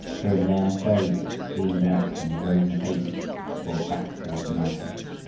here and there fairy lakes gleamed out from the rosy haze that rolled back toward the mountains.